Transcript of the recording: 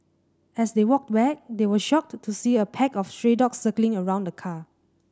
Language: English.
as they walked back they were shocked to see a pack of stray dogs circling around the car